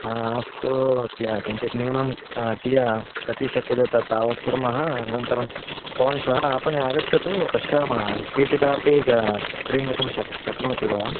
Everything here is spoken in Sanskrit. हा अस्तु कि किञ्चित् न्यूनं कीया कति शक्यते त तावत् कुर्मः अनन्तरं भवान् श्वः आपणे आगच्छतु पश्यामः उत्पीठिका क्रीणातुं शक् शक्नोति भवान्